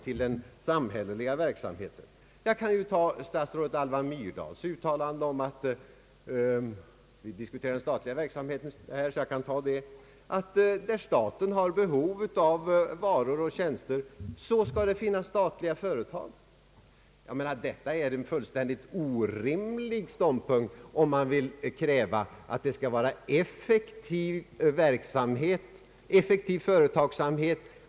Jag kan i detta sammanhang ta statsrådet Alva Myrdals uttalande — det kan väl vara tillåtet eftersom vi diskuterar den statliga verksamheten — att i de fall då staten har behov av varor och tjänster så skall det finnas statliga företag för att tillfredsställa dessa. Dettia är en fullständigt orimlig ståndpunkt, om man vill kräva att det skall vara effektiv företagsamhet.